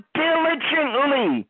diligently